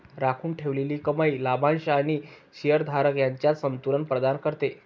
राखून ठेवलेली कमाई लाभांश आणि शेअर धारक यांच्यात संतुलन प्रदान करते